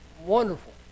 wonderful